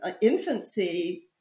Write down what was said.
infancy